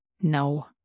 no